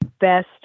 best